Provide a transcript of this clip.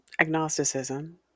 agnosticism